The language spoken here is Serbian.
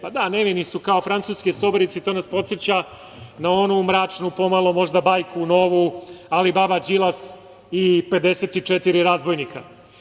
Da, nevini su kao „francuske sobarice“ i to nas podseća na onu mračnu pomalo, možda, bajku novu Alibaba Đilas i 54 razbojnika.